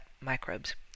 microbes